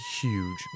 huge